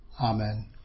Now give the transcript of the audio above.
Amen